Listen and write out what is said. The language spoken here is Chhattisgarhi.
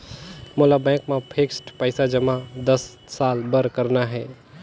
मोला बैंक मा फिक्स्ड पइसा जमा दस साल बार करना हे?